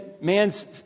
man's